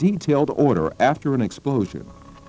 detailed order after an explosion